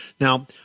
Now